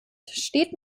steht